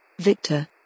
Victor